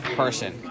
person